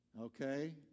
Okay